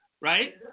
right